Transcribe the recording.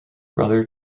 brother